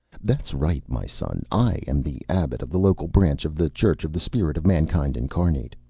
that's right, my son, i am the abbot of the local branch of the church of the spirit of mankind incarnate.